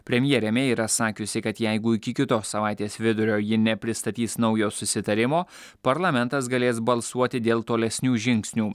premjerė mei yra sakiusi kad jeigu iki kitos savaitės vidurio ji nepristatys naujo susitarimo parlamentas galės balsuoti dėl tolesnių žingsnių